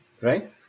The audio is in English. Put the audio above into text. Right